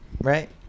right